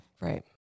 Right